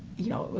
you know,